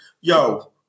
Yo